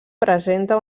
presenta